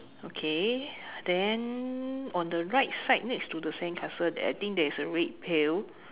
okay then on the right side next to the sandcastle I think there's a red pail